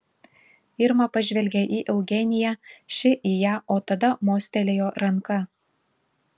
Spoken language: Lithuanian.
irma pažvelgė į eugeniją ši į ją o tada mostelėjo ranka